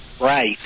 Right